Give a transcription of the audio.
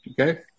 Okay